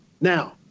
now